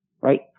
right